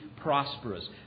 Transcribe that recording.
prosperous